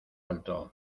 alto